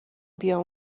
بیام